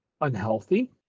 unhealthy